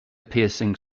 piercing